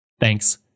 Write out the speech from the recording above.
Thanks